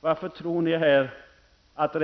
Varför tror ni att